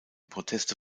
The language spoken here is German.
proteste